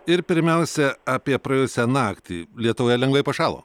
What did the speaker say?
ir pirmiausia apie praėjusią naktį lietuvoje lengvai pašalo